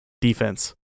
defense